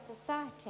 society